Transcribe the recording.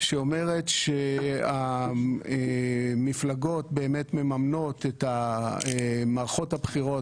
שאומרת שהמפלגות באמת ממנות את מערכות הבחירות